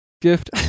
gift